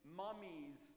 mummies